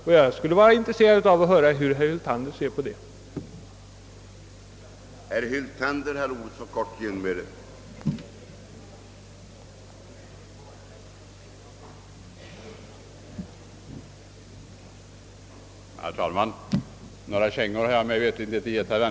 Jag vore som sagt intresserad av att höra hur herr Hyltander ser på den saken.